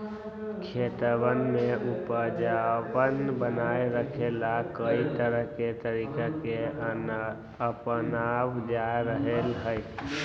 खेतवन के उपजाऊपन बनाए रखे ला, कई तरह के तरीका के अपनावल जा रहले है